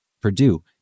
Purdue